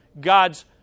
God's